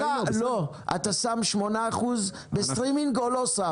אתה שם 8% בסטרימינג או לא שם?